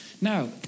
Now